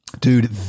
Dude